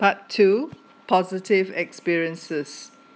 part two positive experiences